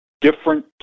different